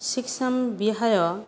शिक्षां विहाय